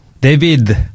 David